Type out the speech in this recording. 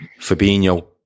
Fabinho